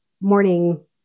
morning